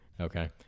okay